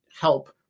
help